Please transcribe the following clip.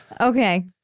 Okay